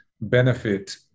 benefit